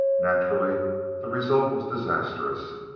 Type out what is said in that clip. naturally the result was disastrous.